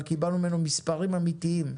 אבל קיבלנו ממנו מספרים אמתיים.